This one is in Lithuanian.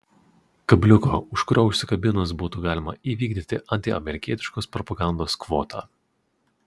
kabliuko už kurio užsikabinus būtų galima įvykdyti antiamerikietiškos propagandos kvotą